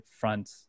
front